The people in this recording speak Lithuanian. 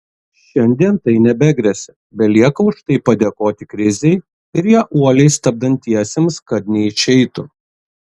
šiandien tai nebegresia belieka už tai padėkoti krizei ir ją uoliai stabdantiesiems kad neišeitų